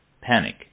panic